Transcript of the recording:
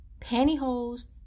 pantyhose